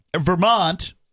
Vermont